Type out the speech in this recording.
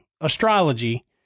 astrology